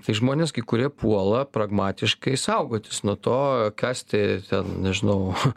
tai žmonės kai kurie puola pragmatiškai saugotis nuo to kasti ten nežinau